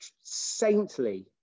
saintly